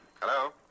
Hello